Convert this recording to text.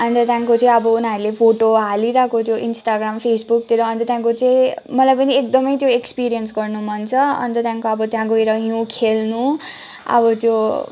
अन्त त्यहाँदेखिको चाहिँ अब उनीहरूले फोटो हालिरहेको त्यो इन्स्टाग्राम फेसबुकतिर अन्त त्यहाँदेखिको चाहिँ मलाई पनि एकदमै त्यो एक्सपिरियन्स गर्नु मन छ अन्त त्यहाँदेखिको अब त्यहाँ गएर हिउँ खेल्नु अब त्यो